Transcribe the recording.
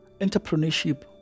entrepreneurship